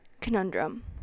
conundrum